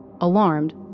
Alarmed